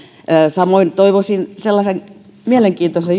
samoin toivoisin sellaista mielenkiintoista